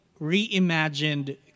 reimagined